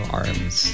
arms